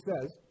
says